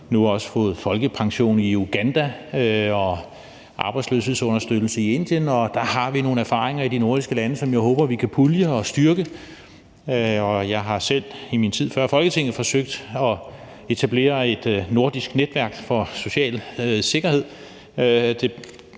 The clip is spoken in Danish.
man har nu også fået folkepension i Uganda og arbejdsløshedsunderstøttelse i Indien, og der har vi nogle erfaringer i de nordiske lande, som jeg håber vi kan pulje og styrke. Jeg har selv, før jeg kom i Folketinget, forsøgt at etablere et nordisk netværk for social sikkerhed.